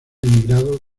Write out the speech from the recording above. emigrado